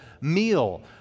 meal